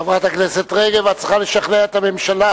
חברת הכנסת רגב, את צריכה לשכנע את הממשלה.